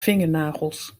vingernagels